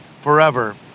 forever